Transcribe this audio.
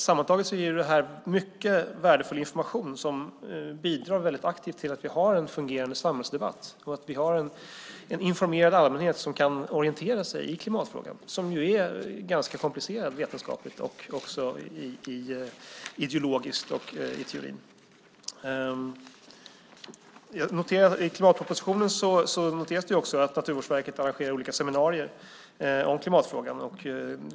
Sammantaget ger det här mycket värdefull information som bidrar väldigt aktivt till att vi har en fungerande samhällsdebatt och en informerad allmänhet som kan orientera sig i klimatfrågan, som är ganska komplicerad vetenskapligt, ideologiskt och i teorin. I klimatpropositionen noteras det att Naturvårdsverket arrangerar olika seminarier om klimatfrågan.